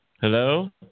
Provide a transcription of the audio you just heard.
hello